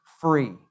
free